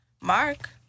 Mark